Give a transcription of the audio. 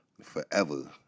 forever